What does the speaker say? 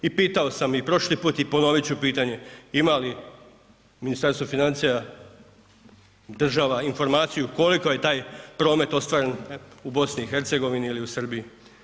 I pitao sam i prošli put i ponovit ću pitanje, ima li Ministarstvo financija, država informaciju koliko je taj promet ostvaren u BiH ili u Srbiji.